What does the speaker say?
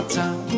time